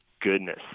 Goodness